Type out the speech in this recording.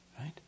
Right